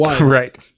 Right